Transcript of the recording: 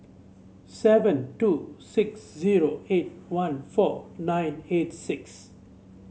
seven two six zero eight one four nine eight six